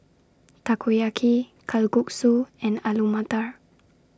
Takoyaki Kalguksu and Alu Matar